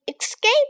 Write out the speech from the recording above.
escape